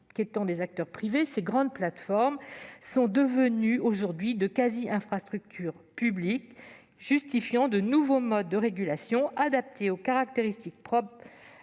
qu'étant des acteurs privés, ces grandes plateformes sont devenues des quasi-infrastructures publiques, ce qui justifierait de nouveaux modes de régulation, adaptés aux caractéristiques propres